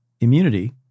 immunity